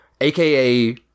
aka